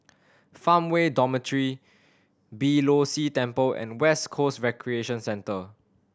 Farmway Dormitory Beeh Low See Temple and West Coast Recreation Centre